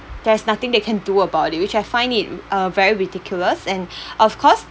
there's nothing they can do about it which I find it uh very ridiculous and of course